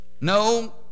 No